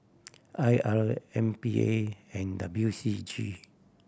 I R M P A and W C G